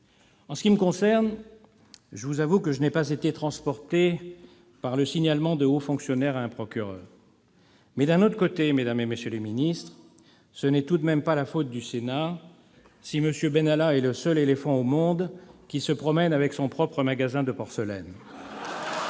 En ce qui me concerne, j'avoue n'avoir pas été transporté par le signalement de hauts fonctionnaires à un procureur. Mais, d'un autre côté, mesdames, messieurs les ministres, ce n'est tout de même pas la faute du Sénat si M. Benalla est le seul éléphant au monde qui se promène avec son propre magasin de porcelaine.